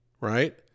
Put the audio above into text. right